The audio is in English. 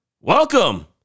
welcome